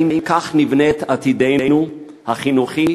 האם כך נבנה את עתידנו החינוכי?